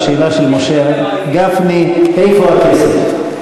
השאלה של משה גפני, איפה הכסף?